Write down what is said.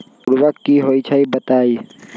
उर्वरक की होई छई बताई?